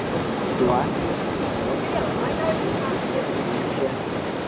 dvasininkas iš nuotakos bažnyčios hjustone jau čia